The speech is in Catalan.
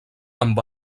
amb